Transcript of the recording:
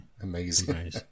Amazing